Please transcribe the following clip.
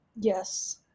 Yes